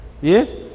yes